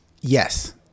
Yes